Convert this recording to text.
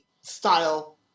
style